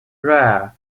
rare